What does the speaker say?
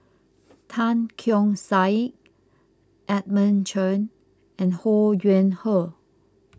Tan Keong Saik Edmund Chen and Ho Yuen Hoe